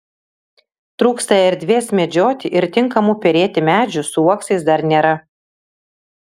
trūksta erdvės medžioti ir tinkamų perėti medžių su uoksais dar nėra